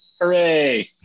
Hooray